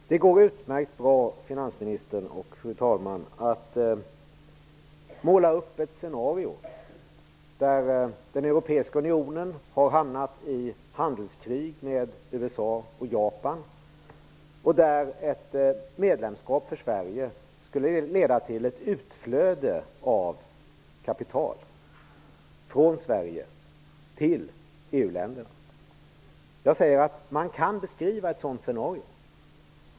Fru talman! Det går utmärkt bra, finansministern, att måla upp ett scenario där den europeiska unionen har hamnat i handelskrig med USA och Japan och där ett medlemskap för Sverige skulle leda till ett utflöde av kapital från Sverige till EG länderna. Man kan beskriva ett sådant scenario.